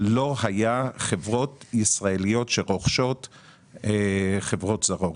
- לא היו חברות ישראליות שרוכשות חברות זרות.